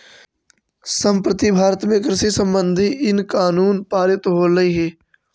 संप्रति भारत में कृषि संबंधित इन कानून पारित होलई हे